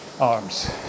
arms